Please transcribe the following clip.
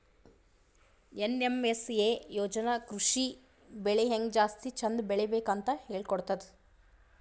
NMSA ಯೋಜನಾ ಕೃಷಿ ಬೆಳಿ ಹೆಂಗ್ ಜಾಸ್ತಿ ಚಂದ್ ಬೆಳಿಬೇಕ್ ಅಂತ್ ಹೇಳ್ಕೊಡ್ತದ್